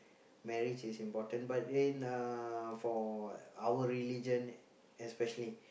marriage is important but in uh for our religion especially